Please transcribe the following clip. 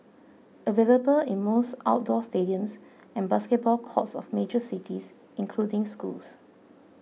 available in most outdoor stadiums and basketball courts of major cities including schools